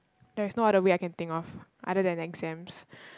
there's no other way I can think of other than exams